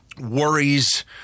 worries